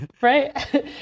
Right